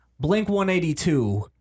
Blink-182